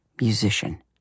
musician